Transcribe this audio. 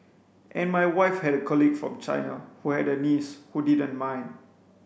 and my wife had a colleague from China who had a niece who didn't mind